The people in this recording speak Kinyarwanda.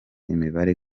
imibare